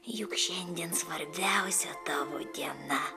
juk šiandien svarbiausia tavo diena